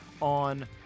on